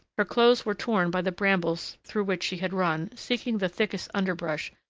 her clothes were torn by the brambles through which she had run, seeking the thickest underbrush,